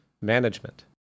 management